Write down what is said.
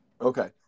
Okay